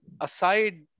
aside